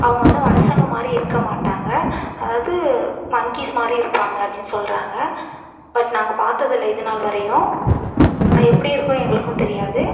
அவங்க வந்து மனுஷங்க மாதிரி இருக்க மாட்டாங்க அதாவது மங்கிஸ் மாதிரி இருப்பாங்க அப்படின்னு சொல்கிறாங்க பட் நாங்கள் பார்த்ததில்ல இதுநாள் வரையும் ஆனால் எப்படி இருக்குதுன்னு எங்களுக்கும் தெரியாது